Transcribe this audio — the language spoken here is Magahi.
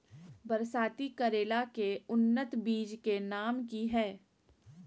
बरसाती करेला के उन्नत बिज के नाम की हैय?